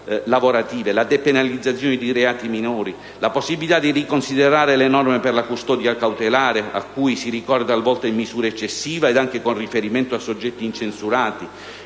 la depenalizzazione di reati minori; riconsiderando le norme per la custodia cautelare a cui si ricorre talvolta in misura eccessiva, anche con riferimento a soggetti incensurati.